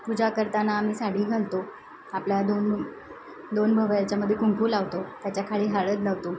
पूजा करताना आम्ही साडी घालतो आपल्या दोन दोन भुवयाच्यामध्ये कुंकू लावतो त्याच्याखाली हळद लावतो